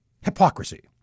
Hypocrisy